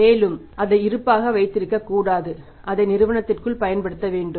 மேலும் அதை இருப்பாக வைத்திருக்கக்கூடாது அதை நிறுவனத்திற்குள் பயன்படுத்த வேண்டும்